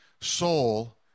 soul